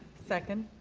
second.